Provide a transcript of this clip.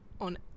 on